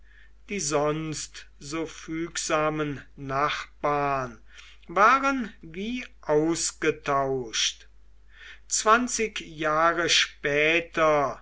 die sonst so fügsamen nachbarn waren wie ausgetauscht zwanzig jahre später